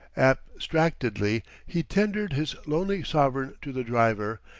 abstractedly he tendered his lonely sovereign to the driver,